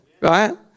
Right